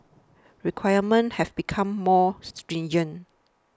requirements have become more stringent